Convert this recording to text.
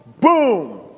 boom